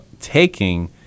taking